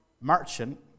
merchant